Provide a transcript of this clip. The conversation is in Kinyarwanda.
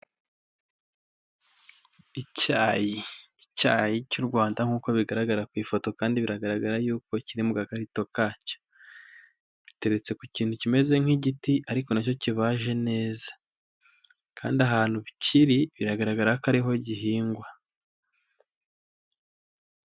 Icyayi cy'u Rwanda nk'uko bigaragara ku ifoto kandi biragaragara yuko kiri mu gakarito kacyo, giteretse ku kintu kimeze nk'igiti ariko na cyo kibaje neza, kandi ahantu kiri biragaragara ko ariho gihingwa.